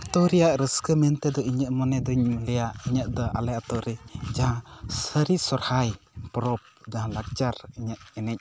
ᱟᱹᱛᱩ ᱨᱮᱭᱟᱜ ᱨᱟᱹᱥᱠᱟᱹ ᱢᱮᱱᱛᱮ ᱫᱚ ᱤᱧᱟᱹᱜ ᱢᱚᱱᱮ ᱫᱩᱧ ᱞᱟᱹᱭᱟ ᱤᱧᱟᱜ ᱫᱚ ᱟᱞᱮ ᱟᱹᱛᱩ ᱨᱮ ᱡᱟᱦᱟᱸ ᱥᱟᱹᱨᱤ ᱥᱚᱦᱚᱨᱟᱭ ᱯᱚᱨᱚᱵᱽ ᱡᱟᱦᱟᱸ ᱞᱟᱠᱪᱟᱨ ᱤᱧᱟᱹᱜ ᱮᱱᱮᱡ ᱛᱤᱧ